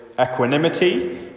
equanimity